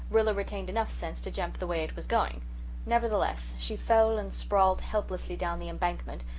rilla retained enough sense to jump the way it was going nevertheless, she fell and sprawled helplessly down the embankment,